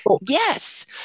Yes